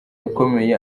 akomeye